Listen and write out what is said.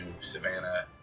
Savannah